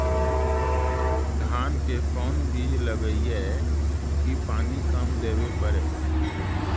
धान के कोन बिज लगईऐ कि पानी कम देवे पड़े?